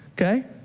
okay